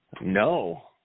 No